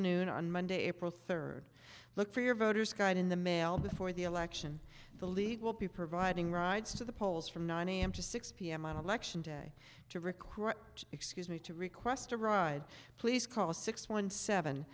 noon on monday april third look for your voter's guide in the mail before the election the lead will be providing rides to the polls from nine am to six pm on election day to require excuse me to request a ride please call six one seven